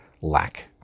lack